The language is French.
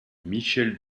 michèle